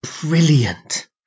brilliant